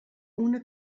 una